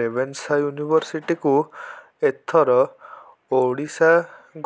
Ravenshaw ୟୁନିଭର୍ସିଟିକୁ ଏଥର ଓଡ଼ିଶା